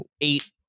eight